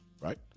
right